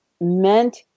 meant